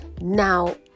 Now